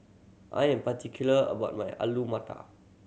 I am particular about my Alu Matar